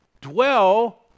dwell